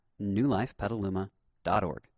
newlifepetaluma.org